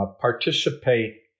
participate